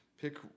pick